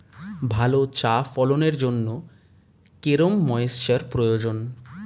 ভালো চা ফলনের জন্য কেরম ময়স্চার প্রয়োজন?